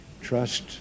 trust